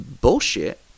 bullshit